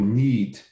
need